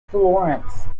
florence